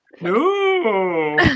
No